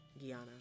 Guiana